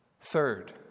Third